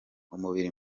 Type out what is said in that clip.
umubiri